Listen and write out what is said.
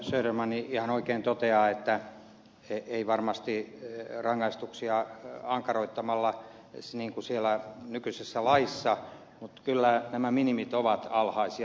söderman ihan oikein toteaa että ei varmasti nykyisen lain rangaistuksia ankaroittamalla mutta kyllä nämä minimit ovat alhaisia